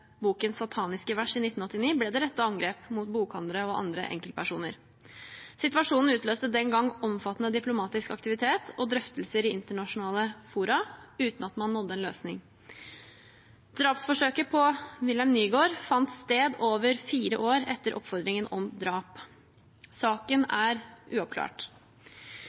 boken Sataniske vers fra 1988, ble det rettet angrep mot bokhandlere og andre enkeltpersoner. Situasjonen utløste den gangen omfattende diplomatisk aktivitet og drøftelser i internasjonale fora uten at man nådde en løsning. Drapsforsøket på William Nygård fant sted over fire år etter oppfordringen om drap. Saken er